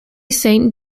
saint